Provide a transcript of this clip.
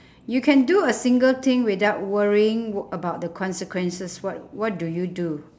you can do a single thing without worrying w~ about the consequences what what do you do